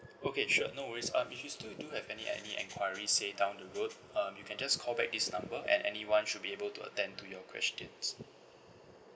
okay sure no worries um if you still do have any uh any enquiries say down the road um you can just call back this number and anyone should be able to attend to your questions